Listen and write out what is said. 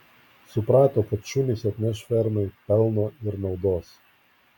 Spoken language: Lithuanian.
suprato kad šunys atneš fermai pelno ir naudos